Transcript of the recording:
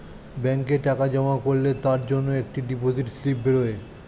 ব্যাংকে টাকা জমা করলে তার জন্যে একটা ডিপোজিট স্লিপ বেরোয়